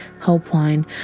Helpline